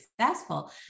successful